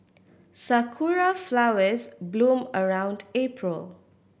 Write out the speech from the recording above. sakura flowers bloom around April